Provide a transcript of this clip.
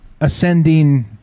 ascending